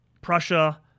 Prussia